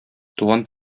туган